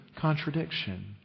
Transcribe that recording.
contradiction